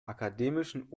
akademischen